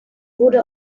wurde